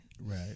right